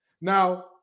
Now